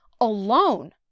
Alone